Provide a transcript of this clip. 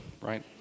right